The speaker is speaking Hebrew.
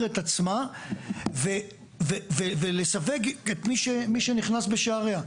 את עצמה ולסווג את מי שנכנס בשעריה.